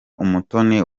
umutoni